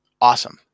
awesome